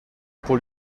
pour